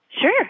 Sure